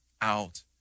out